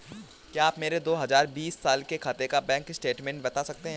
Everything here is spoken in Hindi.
क्या आप मेरे दो हजार बीस साल के खाते का बैंक स्टेटमेंट बता सकते हैं?